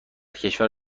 کشور